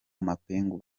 amapingu